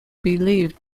believed